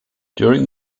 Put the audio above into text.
during